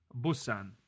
Busan